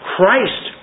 Christ